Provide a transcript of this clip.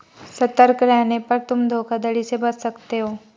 सतर्क रहने पर तुम धोखाधड़ी से बच सकते हो